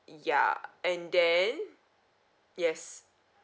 ya and then yes